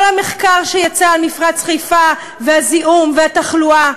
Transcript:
כל המחקר שיצא על מפרץ חיפה, והזיהום והתחלואה,